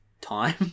time